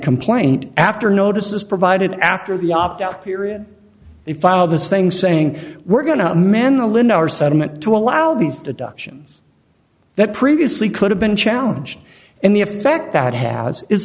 complaint after notices provided after the opt out period they filed this thing saying we're going to mandolin our settlement to allow these deductions that previously could have been challenged and the effect that has is